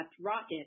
rocket